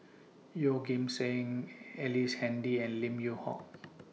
Yeoh Ghim Seng Ellice Handy and Lim Yew Hock